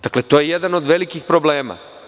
Dakle, to je jedan od velikih problema.